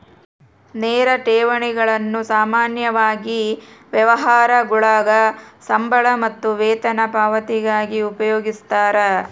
ನೇರ ಠೇವಣಿಗಳನ್ನು ಸಾಮಾನ್ಯವಾಗಿ ವ್ಯವಹಾರಗುಳಾಗ ಸಂಬಳ ಮತ್ತು ವೇತನ ಪಾವತಿಗಾಗಿ ಉಪಯೋಗಿಸ್ತರ